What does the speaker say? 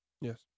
Yes